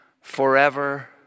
forever